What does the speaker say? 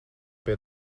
pie